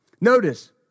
Notice